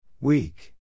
Weak